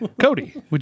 Cody